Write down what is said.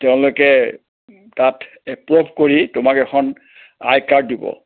তেওঁলোকে তাত এপ্ৰোভ কৰি তোমাক এখন আই কাৰ্ড দিব